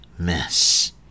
Mess